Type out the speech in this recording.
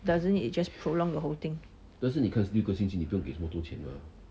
doesn't it it just prolong the whole thing